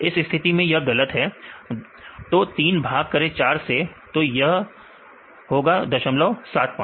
इस स्थिति में यह गलत है तो 3 भाग करें 4 से तो यह होगा 075